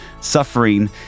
suffering